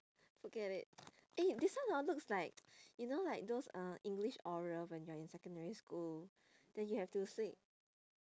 forget it eh this one hor looks like you know like those uh english oral when you're in secondary school then you have to say